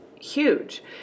huge